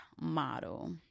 model